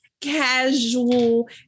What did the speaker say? casual